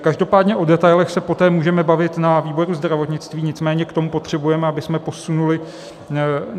Každopádně o detailech se poté můžeme bavit na výboru pro zdravotnictví, nicméně k tomu potřebujeme, abychom posunuli